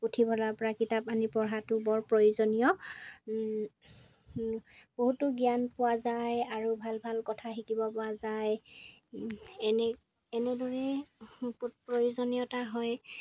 পুথিভঁলাৰপৰা কিতাপ আনি পঢ়াটো বৰ প্ৰয়োজনীয় বহুতো জ্ঞান পোৱা যায় আৰু ভাল ভাল কথা শিকিব পৰা যায় এনে এনেদৰে প্ৰয়োজনীয়তা হয়